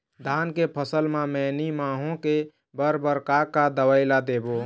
धान के फसल म मैनी माहो के बर बर का का दवई ला देबो?